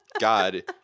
God